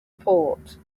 port